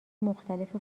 مختلف